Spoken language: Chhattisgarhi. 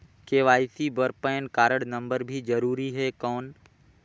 के.वाई.सी बर पैन कारड नम्बर भी जरूरी हे कौन?